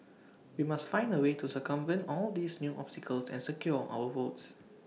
we must find A way to circumvent all these new obstacles and secure our votes